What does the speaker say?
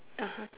(uh huh)